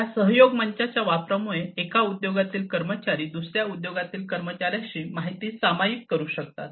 या सहयोग मंचांच्या वापरामुळे एका उद्योगातील कर्मचारी दुसर्या उद्योगातील कर्मचार्यांशी माहिती सामायिक करू शकतात